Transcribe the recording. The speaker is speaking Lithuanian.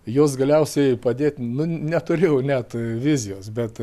jos galiausiai padėt nu neturėjau net vizijos bet